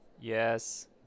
Yes